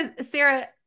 sarah